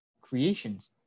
creations